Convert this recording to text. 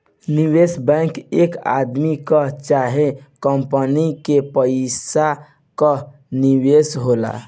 निवेश बैंक एक आदमी कअ चाहे कंपनी के पइसा कअ निवेश होला